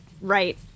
right